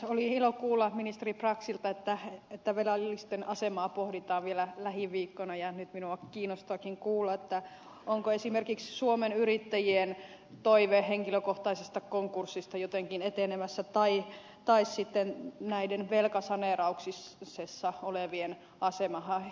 oli ilo kuulla ministeri braxilta että velallisten asemaa pohditaan vielä lähiviikkoina ja nyt minua kiinnostaakin kuulla onko esimerkiksi suomen yrittäjien toive henkilökohtaisesta konkurssista jotenkin etenemässä tai sitten näiden velkasaneerauksessa olevien asema